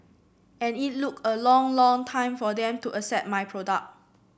and it look a long long time for them to accept my product